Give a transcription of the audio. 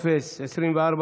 אין מתנגדים, אין נמנעים.